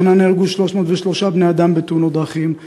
השנה נהרגו 303 בני-אדם בתאונות דרכים,